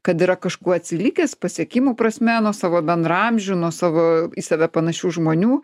kad yra kažkuo atsilikęs pasiekimų prasme nuo savo bendraamžių nuo savo į save panašių žmonių